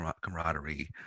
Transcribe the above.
camaraderie